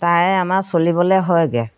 তাৰে আমাৰ চলিবলৈ হয়গৈ